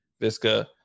Visca